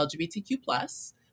LGBTQ+